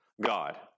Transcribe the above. God